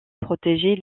protéger